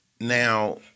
Now